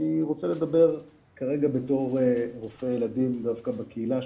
אני רוצה לדבר כרגע בתור רופא ילדים דווקא בקהילה,